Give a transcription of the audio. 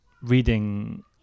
Reading